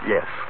Yes